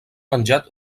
menjat